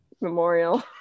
Memorial